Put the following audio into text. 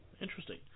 interesting